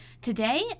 Today